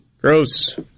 Gross